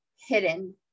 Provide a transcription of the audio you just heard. hidden